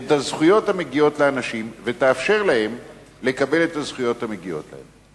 את הזכויות המגיעות לאנשים ותאפשר להם לקבל את הזכויות המגיעות להם.